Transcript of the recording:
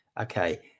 Okay